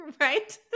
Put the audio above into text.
right